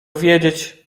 wiedzieć